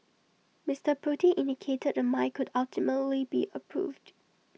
Mister Pruitt indicated the mine could ultimately be approved